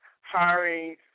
hiring